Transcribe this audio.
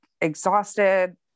exhausted